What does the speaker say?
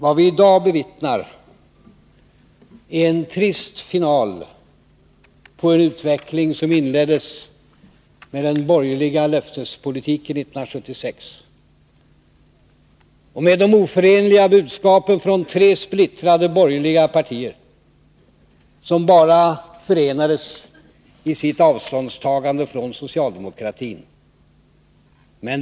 Vad vi i dag bevittnar är en trist final på en utveckling som inleddes med den borgerliga löftespolitiken 1976 och med de oförenliga budskapen från tre splittrade borgerliga partier, som bara förenades i sitt avståndstagande från socialdemokratin.